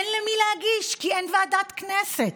אין למי להגיש, כי אין ועדת כנסת.